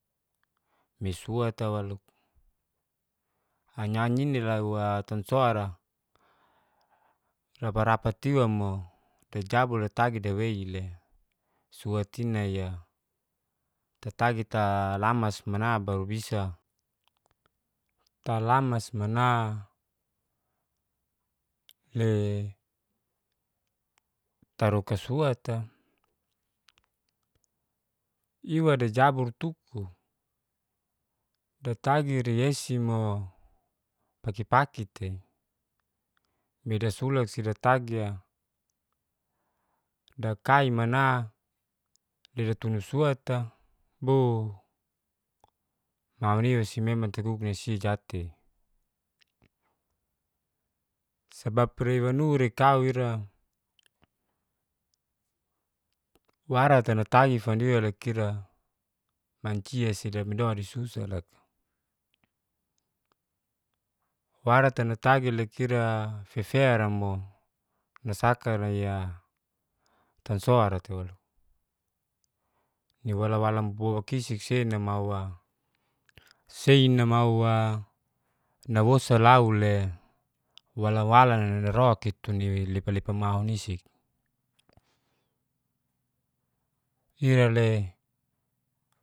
Misuata walo, anyi-anyinira rapa-rapat iwamo tajabul datagi dawei'le suati nai'a tatagi talamas mana baru bisa, talamas mana taroka suat'a iwa dejabur tuku datagi riyesi'mo paki-paki'te. Medasulasi datagi'a dakaimana dedatunu suat'a, bo mawaniwasi memang taguk nai si jat'te. Sebab rewanu'ri kau ira warata natagi fandiwa loka ira, manciasi damido de susa loka. Warata natagi loka ira feferam'o nasaka nai'a tansoaratu walo. niwala-walam buakisikse namawa sei namaw'a naosa lau'le wala-wala nanararok itu'ni lepa-lepa mahunisik. Ira'le